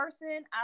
person